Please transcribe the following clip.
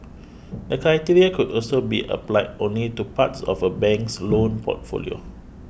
the criteria could also be applied only to parts of a bank's loan portfolio